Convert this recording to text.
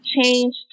change